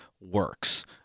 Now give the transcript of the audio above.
works